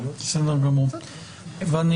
אל חשש.